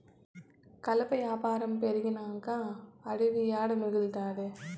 కలప యాపారం పెరిగినంక అడివి ఏడ మిగల్తాది